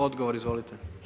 Odgovor izvolite.